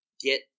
get